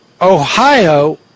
ohio